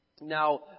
Now